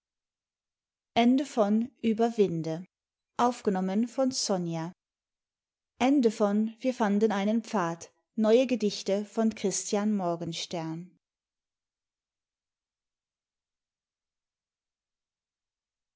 wir fanden einen pfad neue gedichte christian